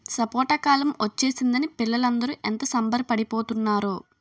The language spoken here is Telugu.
సపోటా కాలం ఒచ్చేసిందని పిల్లలందరూ ఎంత సంబరపడి పోతున్నారో